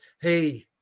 hey